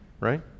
right